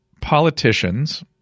politicians